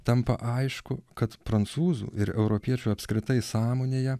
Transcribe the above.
tampa aišku kad prancūzų ir europiečių apskritai sąmonėje